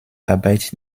arbeit